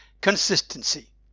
consistency